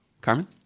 Carmen